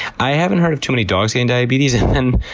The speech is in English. i haven't heard of too many dogs getting diabetes, and then,